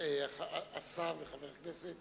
השר וחבר הכנסת